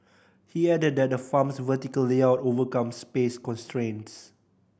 he added that the farm's vertical layout overcomes space constraints